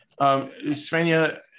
Svenja